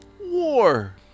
War